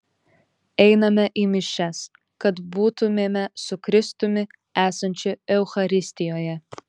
einame į mišias kad būtumėme su kristumi esančiu eucharistijoje